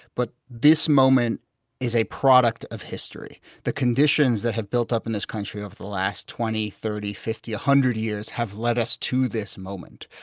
but this moment is a product of history. the conditions that have built up in this country over the last twenty, thirty, fifty, a hundred years have led us to this moment.